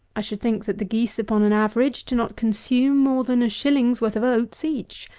i should think that the geese, upon an average, do not consume more than a shilling's worth of oats each.